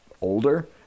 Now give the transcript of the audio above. older